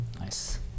Nice